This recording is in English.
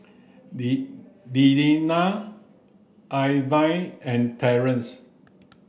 Delila Irvine and Terence